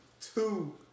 two